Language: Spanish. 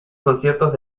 conciertos